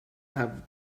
have